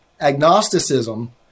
agnosticism